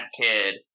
kid